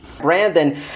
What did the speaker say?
Brandon